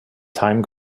time